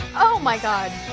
oh my god.